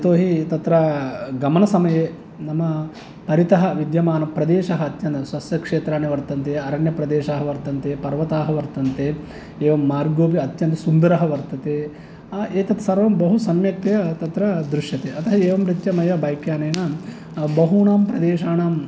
यतोहि तत्र गमनसमये नाम परितः विद्यमानप्रदेशः अत्यन्तं सस्यक्षेत्राणि वर्तन्ते अरण्यप्रदेशाः वर्तन्ते पर्वताः वर्तन्ते एवं मार्गोऽपि अत्यन्तः सुन्दरः वर्तते एतत् सर्वं बहुसम्यक्तया तत्र दृश्यते अतः एवं रीत्या मया बैक्यानेन बहूनां प्रदेशानां